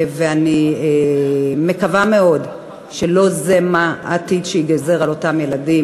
ואני מקווה מאוד שלא זה העתיד שייגזר על אותם ילדים